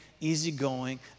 easygoing